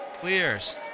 clears